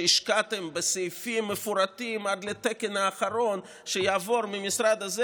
שהשקעתם בסעיפים מפורטים עד לתקן האחרון שיעבור מהמשרד הזה